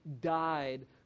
died